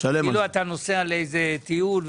כאילו אתה נוסע לאיזה טיול,